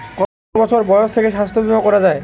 কত বছর বয়স থেকে স্বাস্থ্যবীমা করা য়ায়?